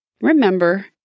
remember